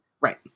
Right